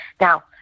now